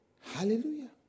Hallelujah